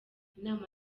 inama